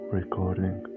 recording